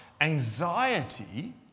Anxiety